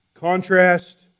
Contrast